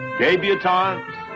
Debutantes